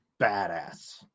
badass